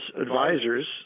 advisors